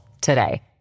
today